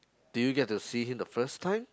do you get to see him the first time